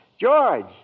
George